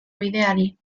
bideari